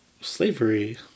slavery